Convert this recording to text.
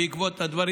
בעקבות הדברים